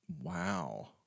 Wow